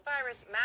virus